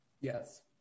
Yes